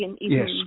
Yes